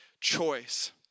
choice